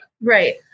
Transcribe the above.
Right